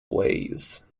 ways